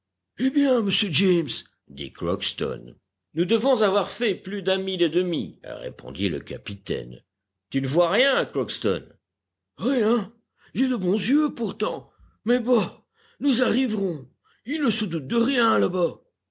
eh bien monsieur james dit crockston nous devons avoir fait plus d'un mille et demi répondit le capitaine tu ne vois rien crockston rien j'ai de bons yeux pourtant mais bah nous arriverons ils ne se doutent de rien là-bas